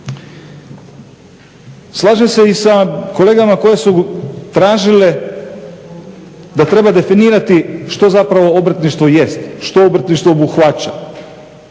Slažem se i sa kolegama koje su tražile da treba definirati što zapravo obrtništvo jest, što obrtništvo obuhvaća,